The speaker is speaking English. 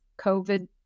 COVID